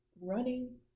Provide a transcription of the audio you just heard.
running